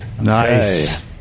Nice